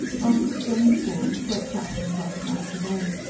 while quick rain-squalls swept up and blotted out the bay.